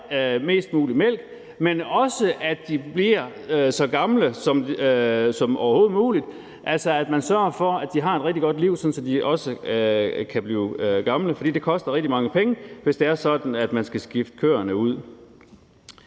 mest mulig mælk, men at de også bliver så gamle som overhovedet muligt, altså at man sørger for, at de har et rigtig godt liv, sådan at de også kan blive gamle, for det koster rigtig mange penge, hvis det er sådan, at man skal skifte køerne ud.